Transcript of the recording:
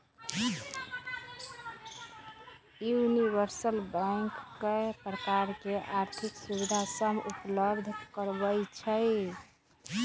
universal bank कय प्रकार के आर्थिक सुविधा सभ उपलब्ध करबइ छइ